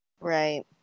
Right